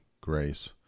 grace